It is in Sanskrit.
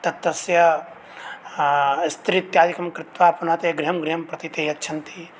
तत् तस्य इस्त्रीत्यादिकं कृत्वा पुनः ते गृहं गृहं प्रति ते यच्छन्ति